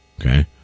Okay